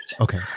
okay